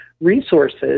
resources